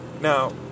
Now